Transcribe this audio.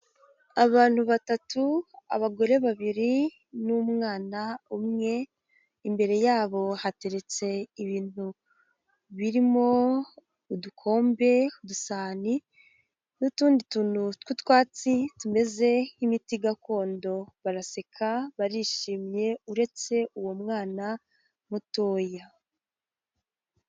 Abantu batatu, abagore babiri n'umwana umwe imbere yabo hateretse ibintu birimo udukombe, udusahani n'utundi tw'utwatsi tumeze nk'imiti gakondo baraseka barishimye uretse uwo mwana mutoya.